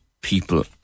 people